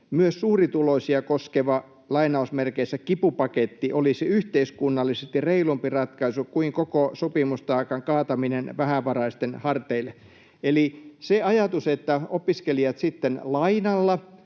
”Myös suurituloisia koskeva ’kipupaketti’ olisi yhteiskunnallisesti reilumpi ratkaisu kuin koko sopeutustaakan kaataminen vähävaraisten harteille.” Eli se ajatus, että opiskelijat sitten lainalla